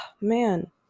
man